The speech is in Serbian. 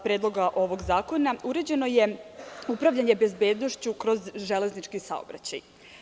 Predloga ovog zakona uređeno je upravljanje bezbednošću kroz železnički saobraćaj.